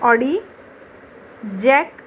Audi jack